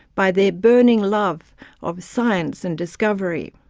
by their burning love of science and discovery.